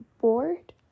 board